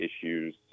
issues